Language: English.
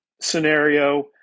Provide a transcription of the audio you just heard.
scenario